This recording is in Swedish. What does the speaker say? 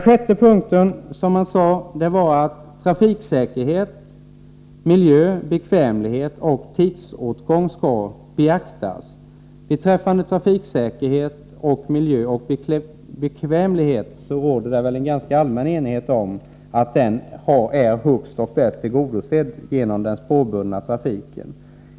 Sjätte punkten var att trafiksäkerhet, miljö, bekvämlighet och tidsåtgång skall beaktas. Det råder väl ganska allmän enighet om att trafiksäkerhet, miljö och bekvämlighet tillgodoses bäst genom spårbunden trafik.